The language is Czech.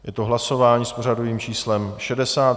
Je to hlasování s pořadovým číslem 60.